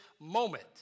moment